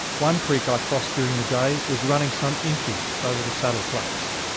one creek i crossed during the day was running some inches over the saddle flaps.